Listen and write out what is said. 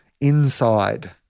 Inside